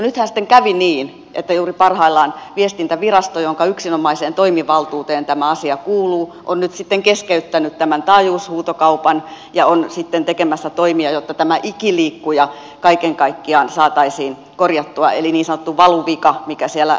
nythän sitten kävi niin että juuri parhaillaan viestintävirasto jonka yksinomaiseen toimivaltuuteen tämä asia kuuluu on nyt sitten keskeyttänyt tämän taajuushuutokaupan ja on sitten tekemässä toimia jotta tämä ikiliikkuja kaiken kaikkiaan saataisiin korjattua eli niin sanottu valuvika mikä siellä lainsäädännössä oli